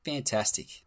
Fantastic